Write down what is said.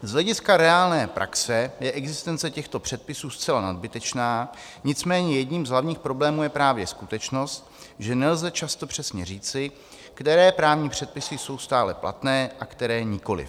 Z hlediska reálné praxe je existence těchto předpisů zcela nadbytečná, nicméně jedním z hlavních problémů je právě skutečnost, že nelze často přesně říci, které právní předpisy jsou stále platné a které nikoliv.